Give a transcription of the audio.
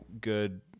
good